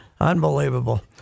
unbelievable